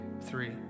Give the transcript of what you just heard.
three